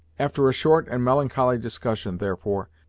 after a short and melancholy discussion, therefore,